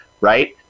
Right